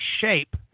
shape